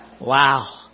Wow